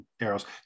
arrows